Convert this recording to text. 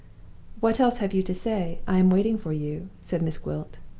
what else have you to say? i am waiting for you, said miss gwilt.